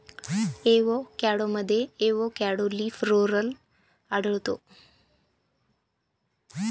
एवोकॅडोमध्ये avocado leaf roller आढळतो